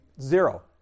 zero